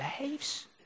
lives